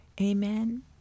Amen